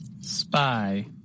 spy